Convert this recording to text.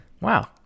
Wow